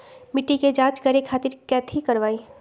मिट्टी के जाँच करे खातिर कैथी करवाई?